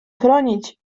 chronić